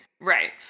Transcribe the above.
Right